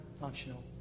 functional